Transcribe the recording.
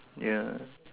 ya